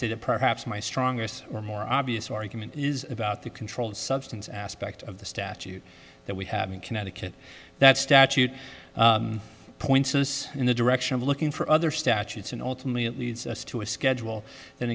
say that perhaps my strongest or more obvious argument is about the controlled substance aspect of the statute that we have in connecticut that statute points us in the direction looking for other statutes and ultimately it leads us to a schedule tha